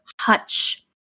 Hutch